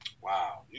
Wow